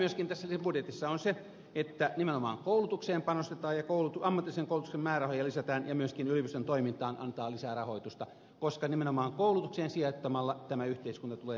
hyvää tässä lisäbudjetissa on myöskin se että nimenomaan koulutukseen panostetaan ja ammatillisen koulutuksen määrärahoja lisätään ja myöskin yritysten toimintaan annetaan lisää rahoitusta koska nimenomaan koulutukseen sijoittamalla tämä yhteiskunta tulee menestymään tulevaisuudessa